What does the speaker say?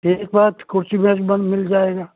ठीक बा तो कुर्सी मेज़ बन मिल जाएगा